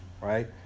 right